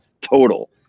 total